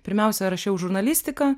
pirmiausia rašiau žurnalistiką